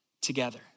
together